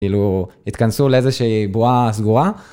כאילו התכנסו לאיזה שהיא בועה סגורה.